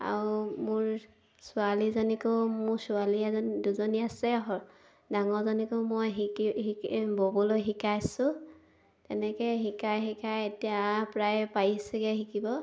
আৰু মোৰ ছোৱালীজনীকো মোৰ ছোৱালী এজনী দুজনী আছে ডাঙৰজনীকো মই শিকি শিকি ব'বলৈ শিকাইছোঁ তেনেকৈ শিকাই শিকাই এতিয়া প্ৰায় পাৰিছেগৈ শিকিব